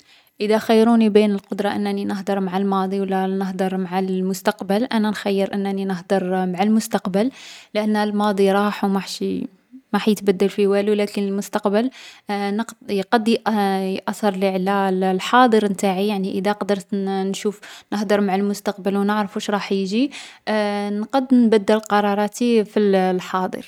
إذا خيروني بين القدرة بين أنني نهدر مع الماضي و لا نهدر مع المستقبل، أنا نخيّر أنني نهدر مع المستقبل، لأن الماضي راح و ماحش يـ ، ماح يتبدل فيه والو. لكن المستقبل نقـ يقد يأ يأثرلي على الـ الحاضر نتاعي. يعني، إذا قدرت نـ نشوف نهدر مع المستقبل و نعرف واش راح يجي، نقد نبدل قراراتي في الـ الحاضر.